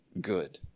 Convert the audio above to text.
good